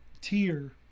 tier